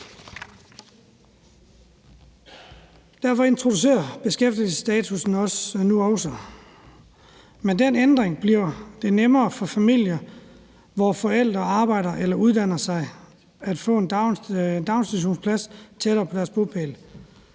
Derfor introduceres der nu også beskæftigelsesstatus Med den ændring bliver det nemmere for familier, hvor forældre arbejder eller uddanner sig at få en daginstitutionsplads tættere på deres bopæl.